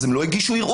אז הם לא הגישו ערעור.